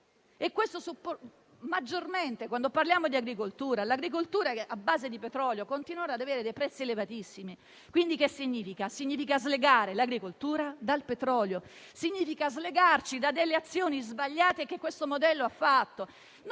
e questo vale maggiormente quando parliamo di agricoltura. L'agricoltura a base di petrolio continuerà ad avere dei prezzi elevatissimi. Che cosa significa tutto questo? Significa slegare l'agricoltura dal petrolio, significa slegarci da azioni sbagliate che questo modello ha posto